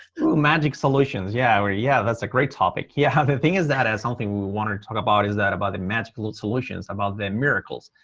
wooh. magic solutions? yeah yeah. that's a great topic. yeah the thing is that as something we wanted to talk about is that about the magical solutions about the miracles.